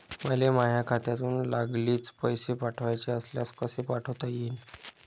मले माह्या खात्यातून लागलीच पैसे पाठवाचे असल्यास कसे पाठोता यीन?